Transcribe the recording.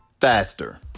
Faster